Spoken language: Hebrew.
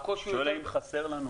אתה שואל האם חסר לנו?